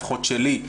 לפחות שלי.